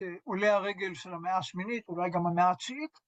‫שעולה הרגל של המאה ה-8, ‫אולי גם המאה ה-9